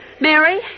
Mary